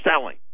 selling